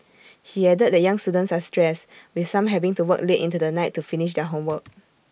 he added that young students are stressed with some having to work late into the night to finish their homework